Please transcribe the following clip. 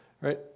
Right